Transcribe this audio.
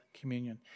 Communion